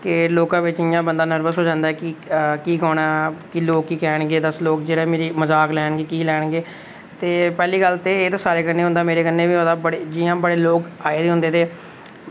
कि लोकें बिच बंदा इ'यां नर्वस होई जंदा कि की गाना ते लोक क्या गान गे लोक जेह्ड़ा मेरा मज़ाक लैगे की लैगे ते पैह्ली गल्ल ते एह् सारे कन्नै होंदा ते मेरे कन्नै बी होए दा जि'यां बड़े लोक आए दे होंदे ते